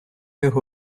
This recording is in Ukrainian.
його